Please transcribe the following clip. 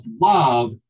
love